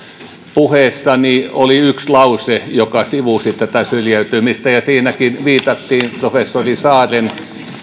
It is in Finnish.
puheessa oli yksi lause joka sivusi tätä syrjäytymistä ja siinäkin viitattiin professori saaren